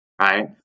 right